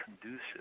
conducive